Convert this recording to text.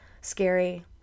scary